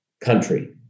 country